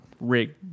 rig